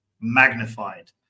magnified